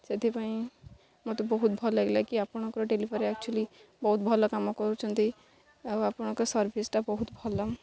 ସେଥିପାଇଁ ମୋତେ ବହୁତ ଭଲ ଲାଗିଲା କି ଆପଣଙ୍କର ଡେଲିଭରି ଆକ୍ଚୁଆଲି ବହୁତ ଭଲ କାମ କରୁଛନ୍ତି ଆଉ ଆପଣଙ୍କ ସର୍ଭିସ୍ଟା ବହୁତ ଭଲ